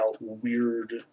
weird